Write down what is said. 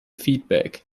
feedback